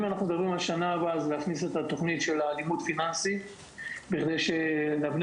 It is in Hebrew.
יש להכניס את תוכנית לימוד פיננסי בשנה הבאה כדי שבני